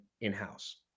in-house